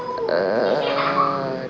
uh